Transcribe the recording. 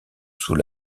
sous